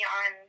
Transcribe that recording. on